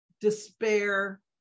despair